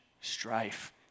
strife